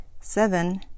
Seven